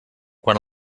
quan